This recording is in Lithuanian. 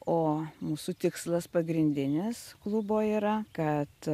o mūsų tikslas pagrindinis klubo yra kad